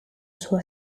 sua